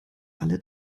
alle